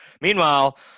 Meanwhile